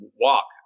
walk